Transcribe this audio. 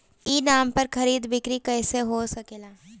ई नाम पर खरीद बिक्री कैसे हो सकेला?